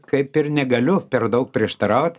kaip ir negaliu per daug prieštaraut